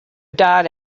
died